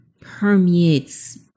permeates